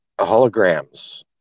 Holograms